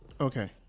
Okay